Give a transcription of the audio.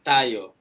Tayo